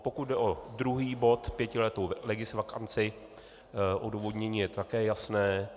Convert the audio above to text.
Pokud jde o druhý bod, pětiletou legisvakanci, odůvodnění je také jasné.